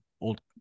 old